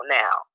now